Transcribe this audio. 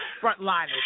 frontliners